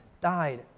died